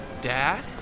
Dad